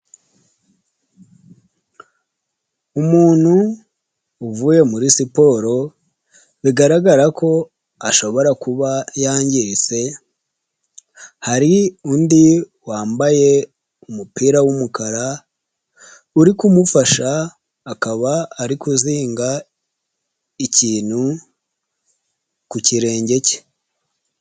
Umuntu uvuye muri siporo, bigaragara ko ashobora kuba yangiritse, hari undi wambaye umupira w'umukara uri kumufasha, akaba ari kuzinga ikintu ku kirenge cye.